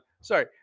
Sorry